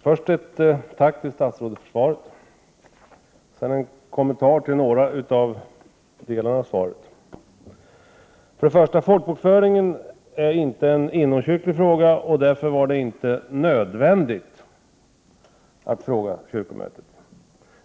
Herr talman! Först ett tack till statsrådet för svaret. Sedan en kommentar till några delar av svaret: 1. Folkbokföringen är inte en inomkyrklig fråga, och därför var det inte nödvändigt att fråga kyrkomötet.